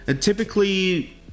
typically